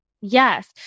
Yes